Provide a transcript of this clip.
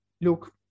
look